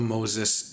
Moses